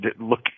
look